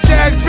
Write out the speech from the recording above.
Jack